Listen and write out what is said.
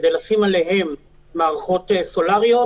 כדי לשים עליהם מערכות סולאריות,